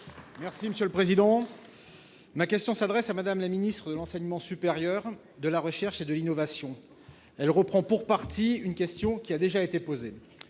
et Social Européen. Ma question s'adresse à Mme la ministre de l'enseignement supérieur, de la recherche et de l'innovation. Elle reprend pour partie une question qui a déjà été posée.